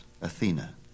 Athena